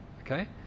okay